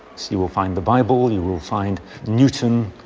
you will find the bible. you will find newton.